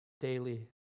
daily